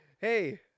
hey